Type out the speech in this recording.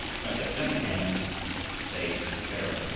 when september came the days grew clearer,